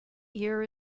year